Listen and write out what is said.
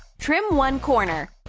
trim one corner.